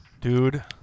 Dude